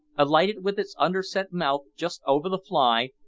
alighted with its underset mouth just over the fly,